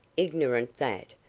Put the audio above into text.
ignorant that,